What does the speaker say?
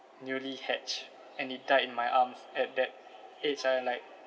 newly hatched and it died in my arms at that age I like